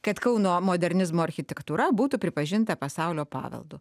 kad kauno modernizmo architektūra būtų pripažinta pasaulio paveldu